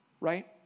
Right